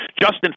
Justin